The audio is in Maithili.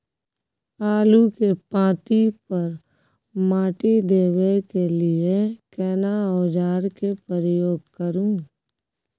आलू के पाँति पर माटी देबै के लिए केना औजार के प्रयोग करू?